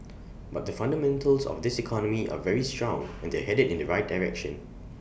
but the fundamentals of this economy are very strong and they're headed in the right direction